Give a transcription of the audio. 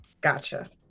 Gotcha